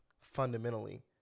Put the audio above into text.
fundamentally